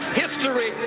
history